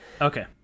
Okay